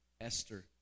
Esther